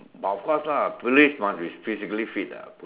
but of course lah police must be physically fit ah po~